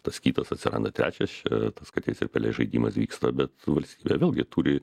tas kitas atsiranda trečias čia tas katės ir pelės žaidimas vyksta bet valstybė vėlgi turi